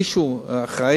שיהיה מישהו אחראי,